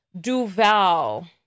Duval